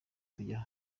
kujya